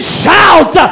shout